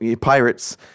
Pirates